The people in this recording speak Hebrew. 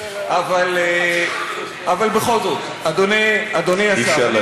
אבל בכל זאת, אדוני השר, אי-אפשר להתקיל אותו.